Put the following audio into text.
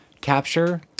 capture